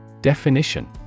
Definition